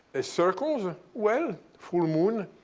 a circle well, full moon,